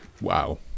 Wow